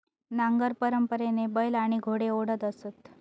नांगर परंपरेने बैल आणि घोडे ओढत असत